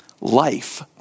Life